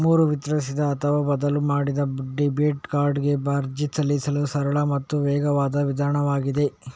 ಮರು ವಿತರಿಸಿದ ಅಥವಾ ಬದಲಿ ಮಾಡಿದ ಡೆಬಿಟ್ ಕಾರ್ಡಿಗೆ ಅರ್ಜಿ ಸಲ್ಲಿಸಲು ಸರಳ ಮತ್ತು ವೇಗವಾದ ವಿಧಾನವಾಗಿದೆ